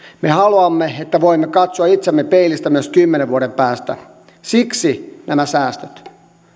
me haluamme että voimme katsoa itseämme peilistä myös kymmenen vuoden päästä siksi nämä säästöt